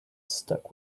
stuck